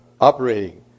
operating